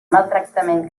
maltractament